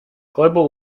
global